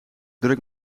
druk